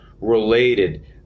related